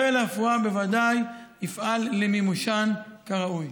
חיל הרפואה בוודאי יפעל למימושן כראוי.